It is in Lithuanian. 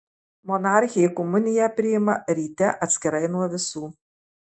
monarchė komuniją priima ryte atskirai nuo visų